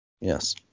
Yes